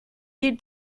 you